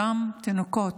אותם תינוקות,